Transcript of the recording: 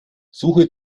suche